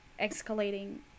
escalating